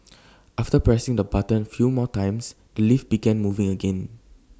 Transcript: after pressing the button few more times the lift began moving again